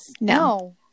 no